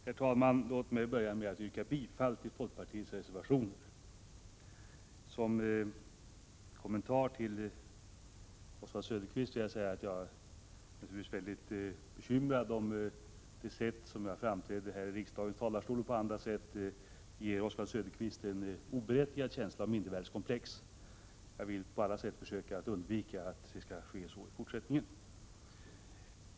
Herr talman! Låt mig börja med att yrka bifall till folkpartiets reservationer. Som kommentar till Oswald Söderqvists replik vill jag säga att jag naturligtvis blir väldigt bekymrad om mitt sätt i riksdagens talarstol eller i Övrigt ger Oswald Söderqvist en oberättigad känsla av mindervärde. Jag vill på alla sätt försöka att undvika att så sker i fortsättningen.